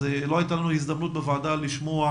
אז לא הייתה לנו הזדמנות בוועדה לשמוע